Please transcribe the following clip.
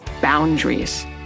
Boundaries